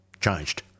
changed